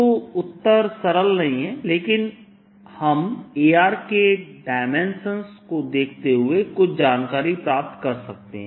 तो उत्तर सरल नहीं है लेकिन हम A के डाइमेंशंस को देखते हुए कुछ जानकारी प्राप्त कर सकते हैं